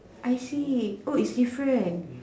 I see oh it's different